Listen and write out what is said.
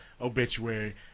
Obituary